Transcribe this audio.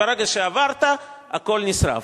ברגע שעברת, הכול נשרף.